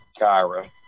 Kyra